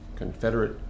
Confederate